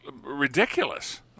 ridiculous